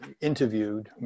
interviewed